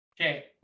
Okay